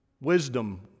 wisdom